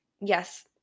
yes